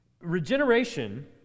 Regeneration